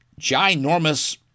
ginormous